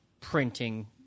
printing